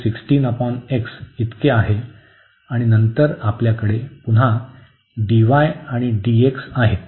तर हे y इतके आहे आणि नंतर आपल्याकडे पुन्हा dy आणि dx आहेत